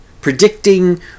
Predicting